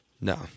no